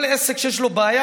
כל עסק שיש לו בעיה,